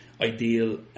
ideal